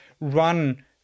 run